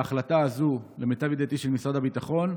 ההחלטה הזו, למיטב ידיעתי היא של משרד הביטחון,